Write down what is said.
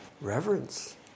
Reverence